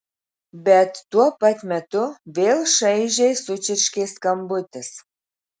bet tuo pat metu vėl šaižiai sučirškė skambutis